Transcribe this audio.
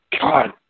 God